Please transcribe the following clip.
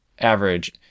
average